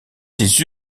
s’ils